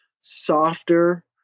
softer